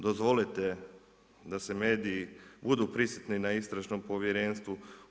Dozvolite da se mediji, budu prisutni na istražnom povjerenstvu.